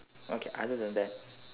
okay other than that